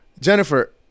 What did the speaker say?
Jennifer